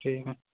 ਠੀਕ ਹੈ